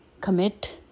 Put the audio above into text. commit